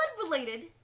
blood-related